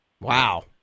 Wow